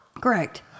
Correct